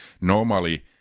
normally